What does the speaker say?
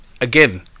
again